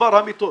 מספר המיטות.